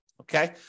Okay